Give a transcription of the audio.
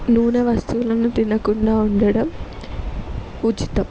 నూనె వస్తువులను తినకుండా ఉండడం ఉచితం